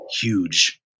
huge